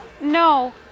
No